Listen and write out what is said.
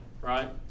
right